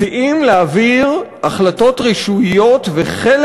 מציעים להעביר החלטות רישוייות וחלק